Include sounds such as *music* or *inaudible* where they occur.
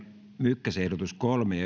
mykkäsen ehdotus kolme *unintelligible*